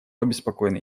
обеспокоены